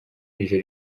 nigeria